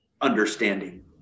understanding